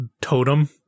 totem